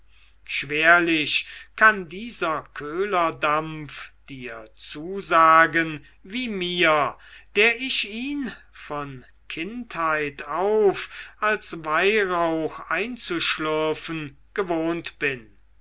schwerlich kann dieser köhlerdampf dir zusagen wie mir der ich ihn von kindheit auf als weihrauch einzuschlürfen gewohnt bin